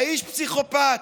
האיש פסיכופת.